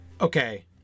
Okay